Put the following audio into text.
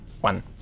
One